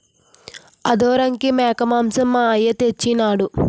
ఆదోరంకి మేకమాంసం మా అయ్య తెచ్చెయినాడు